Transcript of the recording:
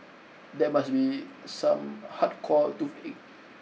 that must be some hardcore toothache